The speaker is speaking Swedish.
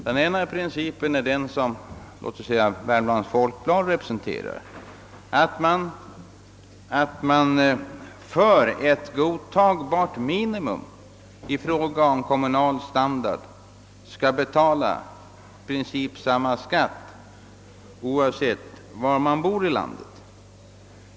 Den ena principen är den som, låt oss säga även Värmlands Folk blad representerar, nämligen att för ett godtagbart minimum i fråga om kommunal standard skall medborgarna betala i princip samma skatt oavsett var de bor i landet.